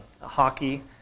hockey